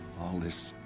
all this.